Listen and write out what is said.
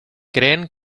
creen